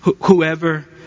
Whoever